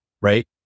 right